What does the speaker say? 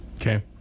Okay